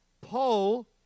Paul